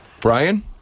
Brian